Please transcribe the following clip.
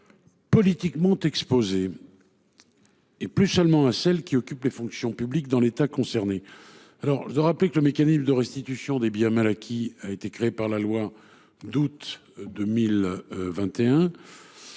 politiquement exposées, et non plus seulement par celles qui exercent des fonctions publiques dans l’État concerné. Je rappelle que le mécanisme de restitution des biens mal acquis, créé par la loi du 4 août 2021,